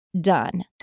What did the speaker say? done